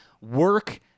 Work